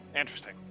Interesting